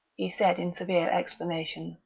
he said in severe explanation.